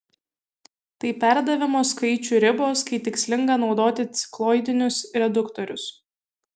tai perdavimo skaičių ribos kai tikslinga naudoti cikloidinius reduktorius